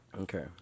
Okay